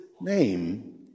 name